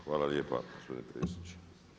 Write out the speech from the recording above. Hvala lijepa gospodine predsjedniče.